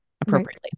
appropriately